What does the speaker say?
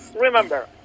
remember